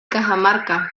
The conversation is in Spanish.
cajamarca